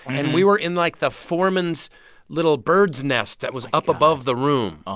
and we were in like the foreman's little bird's nest that was up above the room. um